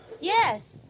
Yes